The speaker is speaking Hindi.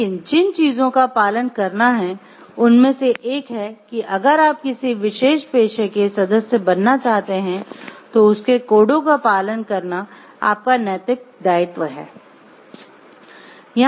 लेकिन जिन चीजों का पालन करना है उनमें से एक है कि अगर आप किसी विशेष पेशे के सदस्य बनना चाहते हैं तो उसके कोडों का पालन करना आपका नैतिक दायित्व है